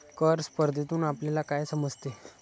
कर स्पर्धेतून आपल्याला काय समजते?